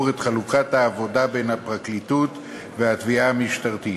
את חלוקת העבודה בין הפרקליטות והתביעה המשטרתית.